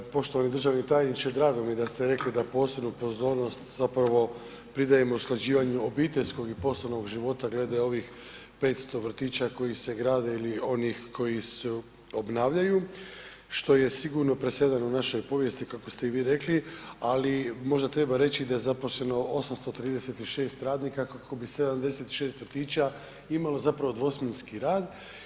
Poštovani državni tajniče, drago mi je da ste rekli da posebnu pozornost zapravo pridajemo usklađivanju obiteljskog i poslovnog života glede ovih 500 vrtića koji se grade ili onih koji se obnavljaju, što je sigurno presedan u našoj povijesti kako ste i vi rekli, ali možda treba reći da je zaposleno 836 radnika kako bi 76 vrtića imalo zapravo dvosmjenski rad.